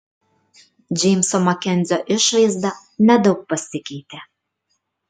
džeimso makenzio išvaizda nedaug pasikeitė